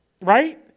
Right